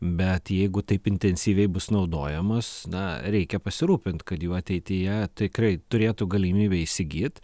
bet jeigu taip intensyviai bus naudojamos na reikia pasirūpint kad jų ateityje tikrai turėtų galimybę įsigyt